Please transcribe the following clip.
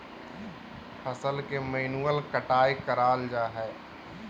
फसल के मैन्युअल कटाय कराल जा हइ